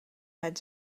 had